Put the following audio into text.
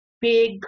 big